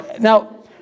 Now